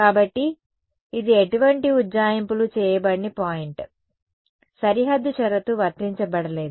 కాబట్టి ఇది ఎటువంటి ఉజ్జాయింపులు చేయబడని పాయింట్ సరిహద్దు షరతు వర్తించబడలేదు